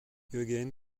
again